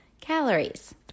calories